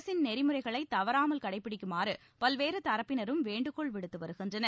அரசின் நெறிமுறைகளை தவறாமல் கடைப்பிடிக்குமாறு பல்வேறு தரப்பினரும் வேண்டுகோள் விடுத்து வருகின்றன்